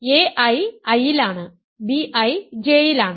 ai I ലാണ് bi J ൽ ആണ്